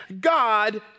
God